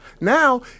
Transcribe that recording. Now